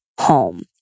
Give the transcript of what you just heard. home